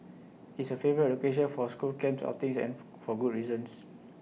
it's A favourite location for school camps outings and for for good reasons